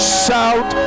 shout